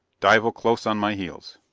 dival close on my heels.